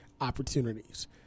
opportunities